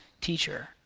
teacher